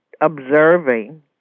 observing